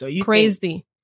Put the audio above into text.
Crazy